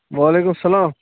وَعلیکُم سَلام